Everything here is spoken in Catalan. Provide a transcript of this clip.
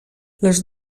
les